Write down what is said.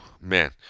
man